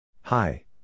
Hi